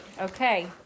Okay